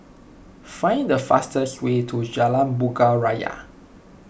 find the fastest way to Jalan Bunga Raya